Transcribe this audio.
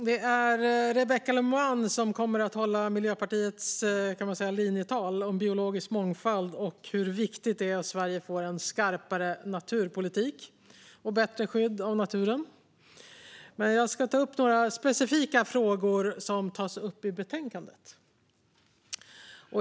Fru talman! Rebecka Le Moine kommer lite senare att hålla Miljöpartiets linjetal om biologisk mångfald och hur viktigt det är att Sverige får en skarpare naturpolitik och ett bättre skydd av naturen. Själv ska jag ta upp några specifika frågor som finns i betänkandet.